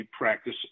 practice